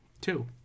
two